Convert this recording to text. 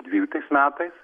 dvyliktais metais